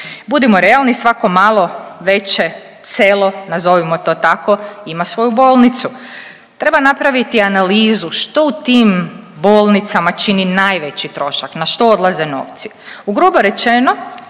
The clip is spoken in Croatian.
Budimo realni svako malo veće selo, nazovimo to tako ima svoju bolnicu. Treba napraviti analizu što u tim bolnicama čini najveći trošak, na što odlaze novci. U grubo rečeno